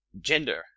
gender